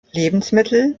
lebensmittel